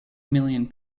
million